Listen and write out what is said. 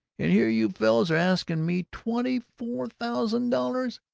and here you fellows are asking me twenty-four thousand dollars!